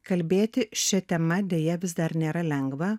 kalbėti šia tema deja vis dar nėra lengva